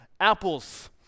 apples